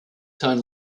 turn